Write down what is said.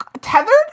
tethered